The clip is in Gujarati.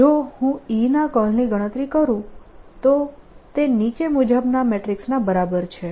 જો હું E ના કર્લની ગણતરી કરું તો તે નીચે મુજબના મેટ્રીક્સના બરાબર છે